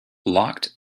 locked